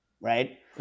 right